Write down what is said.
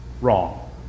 wrong